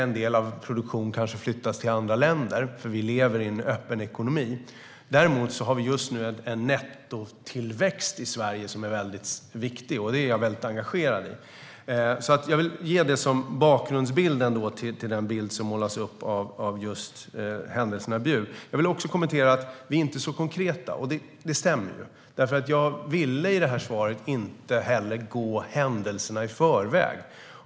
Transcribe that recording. En del av vår produktion kanske till och med flyttas till andra länder, för vi lever i en öppen ekonomi. Däremot har vi just nu en nettotillväxt i Sverige som är viktig, och det är jag väldigt engagerad i. Jag vill ge detta som en bakgrundsbild till den bild som målas upp av händelserna i Bjuv. Jag vill också kommentera detta att vi inte är så konkreta. Det stämmer, för jag ville i det här svaret inte gå händelserna i förväg.